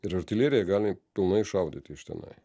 ir artilerija gali pilnai šaudyti iš tenai